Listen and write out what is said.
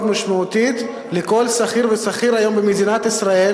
משמעותית לכל שכיר ושכיר היום במדינת ישראל,